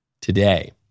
Today